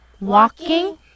walking